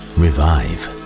revive